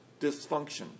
dysfunction